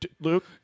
Luke